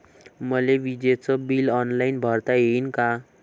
मले विजेच bill online भरता येईन का?